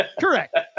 Correct